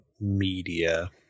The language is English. media